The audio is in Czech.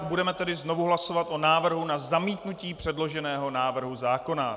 Budeme tedy znovu hlasovat o návrhu na zamítnutí předloženého návrhu zákona.